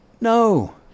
no